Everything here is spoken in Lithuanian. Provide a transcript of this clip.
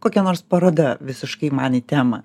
kokia nors paroda visiškai man į temą